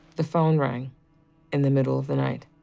the phone rang in the middle of the night,